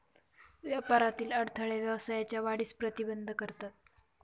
व्यापारातील अडथळे व्यवसायाच्या वाढीस प्रतिबंध करतात